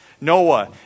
Noah